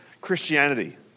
Christianity